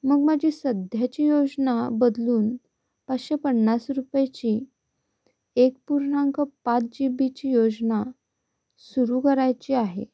मग माझी सध्याची योजना बदलून पाचशे पन्नास रुपयाची एक पूर्णांक पाच जी बीची योजना सुरू करायची आहे